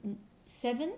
err seven